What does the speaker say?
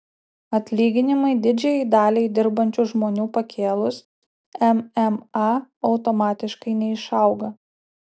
atlyginimai didžiajai daliai dirbančių žmonių pakėlus mma automatiškai neišauga